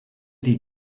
die